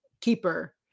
keeper